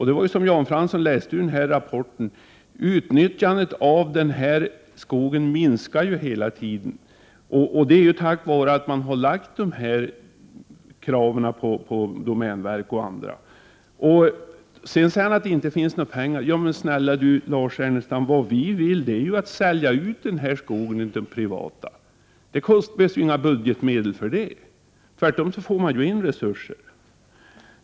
Det är ju så, som Jan Fransson läste ur den här rapporten, att utnyttjandet av denna skog minskar hela tiden, och det tack vare att man har ställt de här kraven på domänverket och andra. Så säger Lars Ernestam att det inte finns några pengar. Men snälla Lars Ernestam, vad vi vill är ju att sälja ut den här skogen till privata ägare. Det behövs ju inga budgetmedel för det, tvärtom får man in resurser.